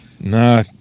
Nah